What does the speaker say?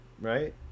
Right